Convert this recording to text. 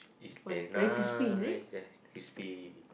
is very nice ya it's crispy